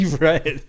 Right